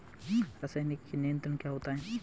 रसायनिक कीट नियंत्रण क्या होता है?